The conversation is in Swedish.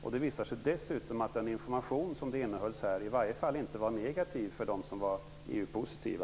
Dessutom har det visat sig att informationen i rapporten i varje fall inte var negativ för dem som var EU positiva.